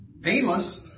Painless